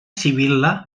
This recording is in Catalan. sibil·la